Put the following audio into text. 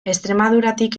extremaduratik